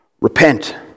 Repent